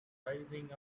rising